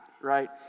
right